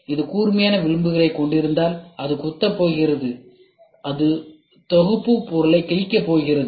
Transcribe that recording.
அது கூர்மையான விளிம்புகளைக் கொண்டிருந்தால் அது குத்தப் போகிறது அது தொகுப்பு பொருளைக் கிழிக்கப் போகிறது